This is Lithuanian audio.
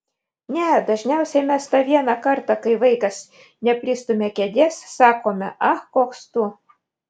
ne dažniausiai mes tą vieną kartą kai vaikas nepristumia kėdės sakome ach koks tu